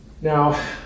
Now